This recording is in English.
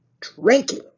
drinking